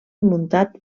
muntat